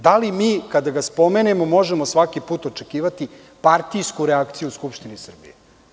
Da li mi kada ga spomenemo možemo svaki put očekivati partijsku reakciju u Skupštini Srbije?